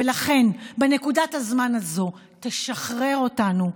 ולכן, בנקודת הזמן הזו, תשחרר אותנו.